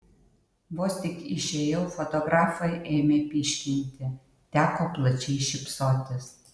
vos tik išėjau fotografai ėmė pyškinti teko plačiai šypsotis